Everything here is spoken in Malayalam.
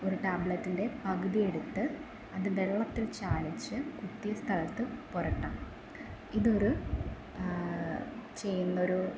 ഒരു ടാബ്ലറ്റിൻ്റെ പകുതിയെടുത്ത് അത് വെള്ളത്തിൽ ചാലിച്ച് കുത്തിയ സ്ഥലത്ത് പുരട്ടാം ഇതൊരു ചെയ്യുന്നത് ഒരു